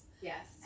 Yes